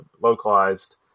localized